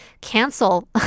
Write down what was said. cancel